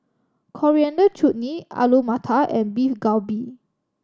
Coriander Chutney Alu Matar and Beef Galbi